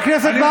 חבר הכנסת מרגי.